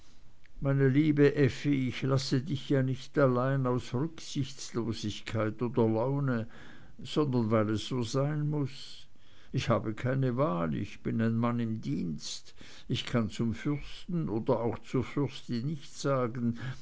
meine liebe effi ich lasse dich ja nicht allein aus rücksichtslosigkeit oder laune sondern weil es so sein muß ich habe keine wahl ich bin ein mann im dienst ich kann zum fürsten oder auch zur fürstin nicht sagen